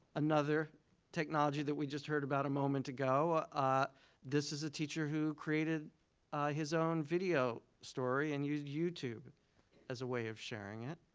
another technology that we just heard about a moment ago ah ah this is a teacher who created his own video story and used youtube as a way of sharing it.